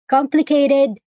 Complicated